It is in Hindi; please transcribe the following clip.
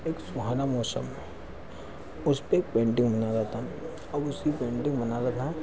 एक सुहाना मौसम उस पर पेंटिंग बना रहा था में अब उसकी पेंटिंग बना बैठा